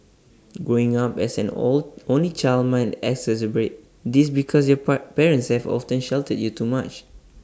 growing up as an old only child might exacerbate this because your part parents have often sheltered you too much